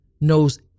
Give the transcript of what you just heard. knows